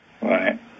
Right